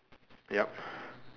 yup